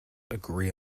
agree